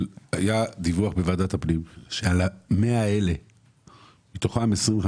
בוועדת הפנים היה דיווח שה-100 האלה,